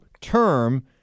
term